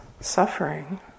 suffering